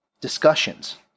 discussions